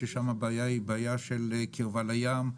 ששם הבעיה היא בעיה של קרבה לים,